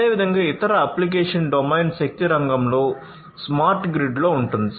అదేవిధంగా ఇతర application domain శక్తి రంగంలో స్మార్ట్ గ్రిడ్లో ఉంటుంది